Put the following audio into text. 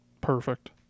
perfect